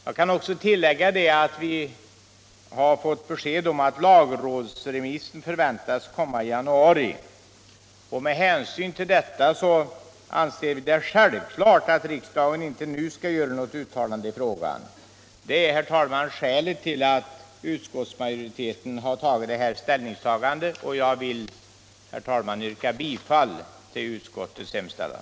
Jag kan tillägga att vi har fått besked om att lagrådsremissen väntas i januari. Med hänsyn härtill anser utskottet det självklart att riksdagen inte nu skall göra något uttalande i frågan. Detta är, herr talman, skälet till utskottsmajoritetens ställningstagande, och jag yrkar bifall till utskottets hemställan.